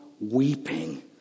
weeping